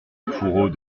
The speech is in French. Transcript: fourreaux